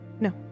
No